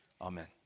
Amen